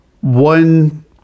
one